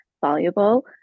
valuable